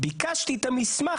ביקשתי את המסמך,